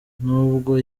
n’ubwo